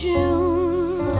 June